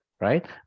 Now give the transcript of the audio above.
right